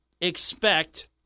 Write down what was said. expect